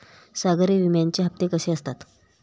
सागरी विम्याचे हप्ते कसे असतील?